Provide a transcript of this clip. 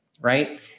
right